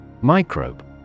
Microbe